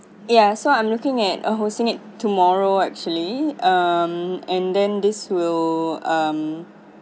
ya so I'm looking at a hosting it tomorrow actually um and then this will um